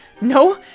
no